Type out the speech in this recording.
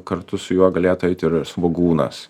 kartu su juo galėtų eiti ir svogūnas